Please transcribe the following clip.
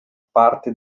parte